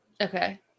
Okay